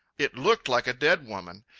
it looked like a dead woman.